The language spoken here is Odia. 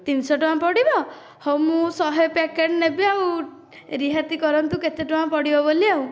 ତିନିଶହ ଟଙ୍କା ପଡ଼ିବ ହଉ ମୁଁ ଶହେ ପ୍ୟାକେଟ ନେବି ଆଉ ରିହାତି କରନ୍ତୁ କେତେ ଟଙ୍କା ପଡ଼ିବ ବୋଲି ଆଉ